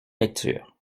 lecture